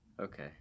Okay